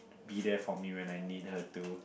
be there for me when I need her to